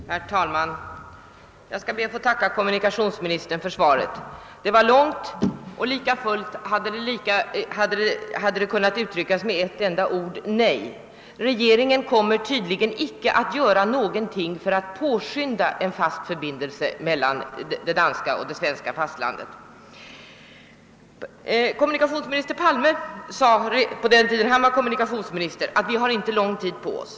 Herr talman! Jag skall be att få tacka kommunikationsministern för svaret. Det var långt och lika fullt hade det kunnat uttryckas med ett enda ord: Nej! Regeringen kommer tydligen icke att göra någonting för att påskynda tillkomsten av en fast förbindelse mellan det danska och svenska fastlandet. Statsminister Palme sade på sin tid som kommunikationsminister att vi inte har lång tid på oss.